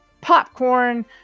popcorn